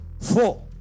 four